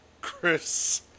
Chris